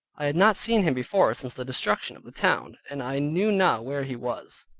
i had not seen him before, since the destruction of the town, and i knew not where he was,